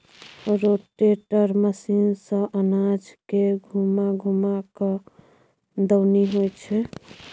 rotator machine सँ अनाज के घूमा घूमा कय दऊनी होइ छै